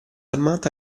armata